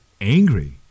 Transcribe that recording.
angry